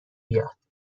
بیاد